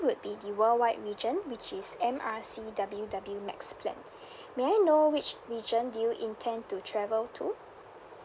would be the worldwide region which is M R C W W max plan may I know which region do you intend to travel to